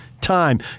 time